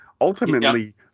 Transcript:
ultimately